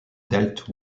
dealt